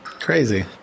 crazy